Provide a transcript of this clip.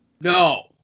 No